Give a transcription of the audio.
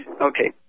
Okay